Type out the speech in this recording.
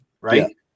right